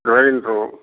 grinder